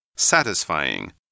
Satisfying